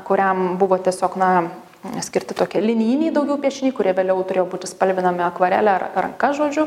kuriam buvo tiesiog na skirti tokie linijiniai daugiau piešiniai kurie vėliau turėjo būti spalvinami akvarele ar ranka žodžiu